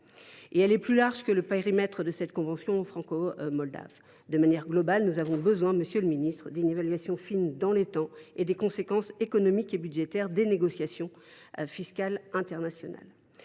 Elle est plus large que le périmètre de cette convention franco moldave. De manière globale, nous avons besoin, monsieur le ministre, d’une évaluation fine, dans le temps, des conséquences économiques et budgétaires des négociations fiscales internationales.